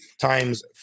times